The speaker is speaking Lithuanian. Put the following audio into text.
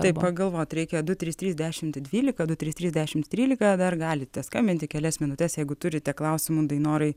tai pagalvot reikia du trys trys dešimt dvylika du trys trys dešimt trylika dar galite skambinti kelias minutes jeigu turite klausimų dainorai